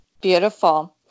Beautiful